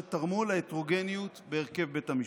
שתרמו להטרוגניות בהרכב בית המשפט.